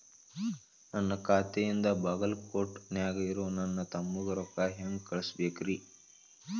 ನನ್ನ ಖಾತೆಯಿಂದ ಬಾಗಲ್ಕೋಟ್ ನ್ಯಾಗ್ ಇರೋ ನನ್ನ ತಮ್ಮಗ ರೊಕ್ಕ ಹೆಂಗ್ ಕಳಸಬೇಕ್ರಿ?